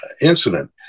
incident